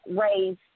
raise